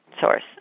source